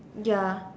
ya